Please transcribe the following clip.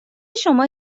شما